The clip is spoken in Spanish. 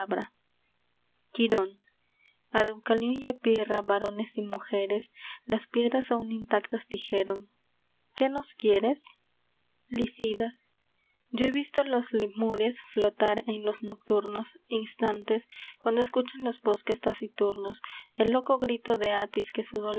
pirra varones y mujeres las piedras aun intactas dijeron qué nos quieres licidas yo he visto los lemures flotar en los nocturnos instantes cuando escuchan los bosques taciturnos el loco grito de atis que su